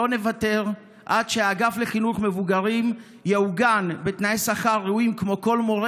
לא נוותר עד שבאגף לחינוך מבוגרים יעוגנו תנאי שכר ראויים כמו לכל מורה,